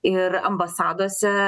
ir ambasadose